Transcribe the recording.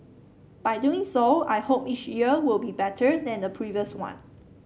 by doing so I hope each year will be better than the previous one